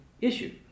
issue